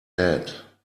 head